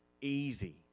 easy